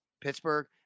Pittsburgh